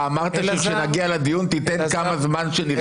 אתה אמרת שכשנגיע לדיון תיתן כמה זמן שנרצה.